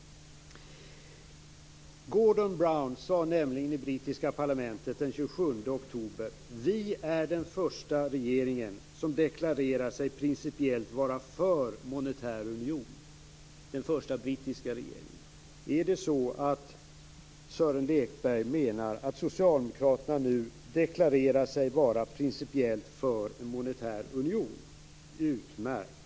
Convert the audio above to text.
Gordon Brown sade nämligen i brittiska parlamentet den 27 oktober följande: Vi är den första brittiska regering som deklarerar sig principiellt vara för monetär union. Menar Sören Lekberg att Socialdemokraterna nu deklarerar sig vara principiellt för en monetär union? Utmärkt!